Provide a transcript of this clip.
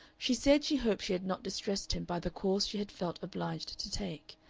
she said she hoped she had not distressed him by the course she had felt obliged to take,